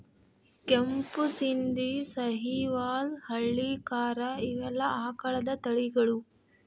ಕೆಂಪು ಶಿಂದಿ, ಸಹಿವಾಲ್ ಹಳ್ಳಿಕಾರ ಇವೆಲ್ಲಾ ಆಕಳದ ತಳಿಗಳು